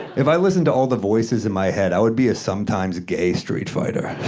if i listened to all the voices in my head, i would be a sometimes-gay street fighter,